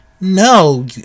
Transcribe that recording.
no